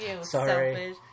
Sorry